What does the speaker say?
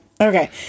Okay